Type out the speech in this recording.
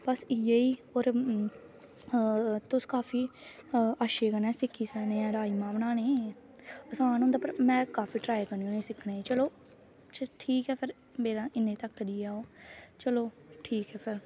बस इ'यै ही तुस काफी अच्छे कन्नै सिक्खी सकने राजमां बनाने आसान होंदा पर में ट्राई करनी होनी सिखने च चलो ठीक ऐ फिर मेरा इ'न्ने तक्कर ही ऐ ओह् ठीक ऐ फिर